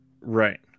right